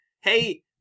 Hey